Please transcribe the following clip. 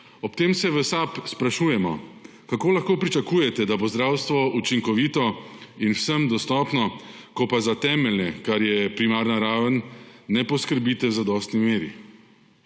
Ob tem se v SAB sprašujemo, kako lahko pričakujete, da bo zdravstvo učinkovito in vsem dostopno, ko pa za temeljne, kar je primarna raven, ne poskrbite v zadostni meri.